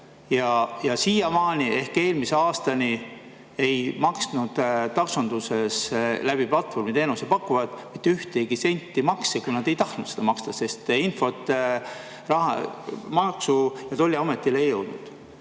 Ja siiamaani ehk eelmise aastani ei maksnud taksonduses platvormiteenuse pakkujad mitte ühtegi senti makse, kui nad ei tahtnud maksta, sest info Maksu- ja Tolliametini ei jõudnud.